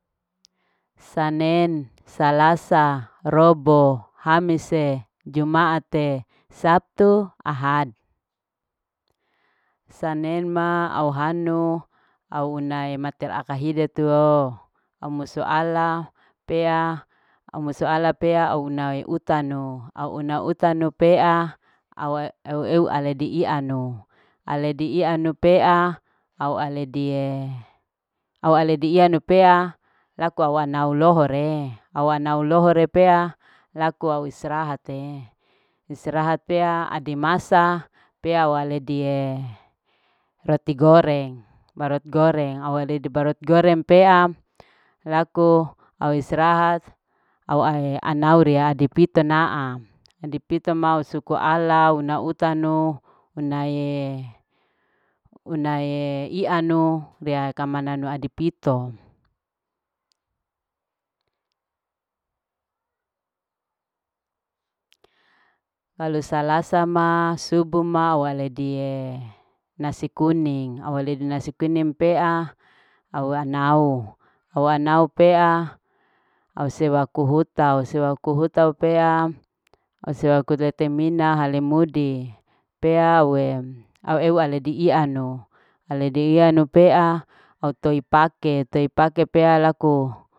Au istirahat te. istirahat manguntudo. manguntudo pea laku au eue laku ade masana keduke au naaku jualang au unae coe au una coe pea au weu musui nata ne hunuru pea baru au weu aledi aa aedi ma pea laku au istirahat te. au istirahat ma pea laku au anau ria adipito kau robo naa ma subu. subu ma au hanuma au unae mater akahide tu ala goreng auuna ala goreng pea au putar te rea mati minum pea laku mati eu skola mati eu pea laku laku e ianu laai au lebi ianu keduke au lebi ianu keduke pea laku au anaue anau peea. anau pea laku auwe uwe inoi tenai pake tenai pake pea laku au. au istirahat lohana istirahat lohana pea au una kujualan keduke hamise mam. ha mise ma aueu ama wasaladi au ta una aku jualang au ama wasaladi inau pukalawa nu. inau pukalawa nu pea. wea pea laku istirahat te, istirahat pe laku anau. anau adipito.